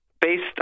based